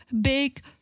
big